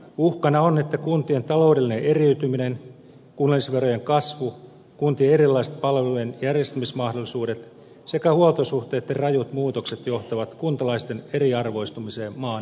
uhkana on että kuntien taloudellinen eriytyminen kunnallisverojen kasvu kuntien erilaiset palvelujen järjestämismahdollisuudet sekä huoltosuhteitten rajut muutokset johtavat kuntalaisten eriarvoistumiseen maan eri puolilla